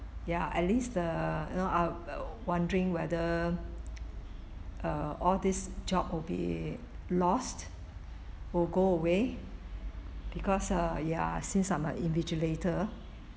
ya at least the you know I will wondering whether err all this job will be lost will go away because err ya since I'm a invigilator